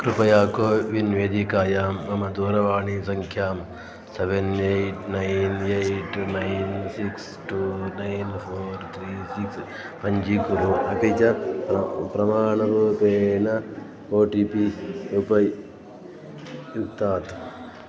कृपया कोविन् वेदिकायां मम दूरवाणीसङ्ख्यां seven eight nine eight nine six two nine four three six पञ्चीकुरु अपि च प्रमाणरूपेण ओ टि पि उपयुङ्क्तात्